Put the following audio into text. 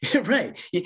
right